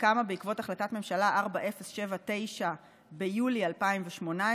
שקמה בעקבות החלטת ממשלה 4079 ביולי 2018,